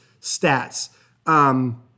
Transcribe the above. stats